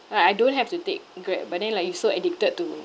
like I don't have to take grab but then like you so addicted to